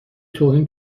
توهین